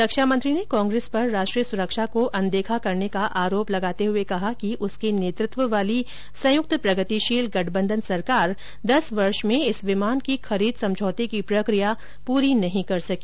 रक्षा मंत्री ने कांग्रेस पर राष्ट्रीय सुरक्षा को अनदेखा करने का आरोप लगाते हये कहा कि उसके नेतृत्व वाली संयुक्त प्रगतिशील गठबंधन सरकार दस वर्ष में इस विमान की खरीद समझौते की प्रक्रिया पूरी नहीं कर सकी